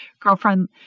girlfriend